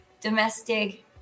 domestic